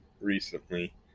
recently